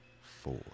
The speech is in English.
four